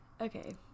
okay